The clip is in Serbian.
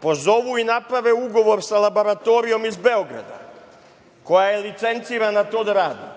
Pozovu i naprave sa laboratorijom iz Beograda koja je licencirana to da radi.